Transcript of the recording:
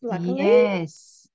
Yes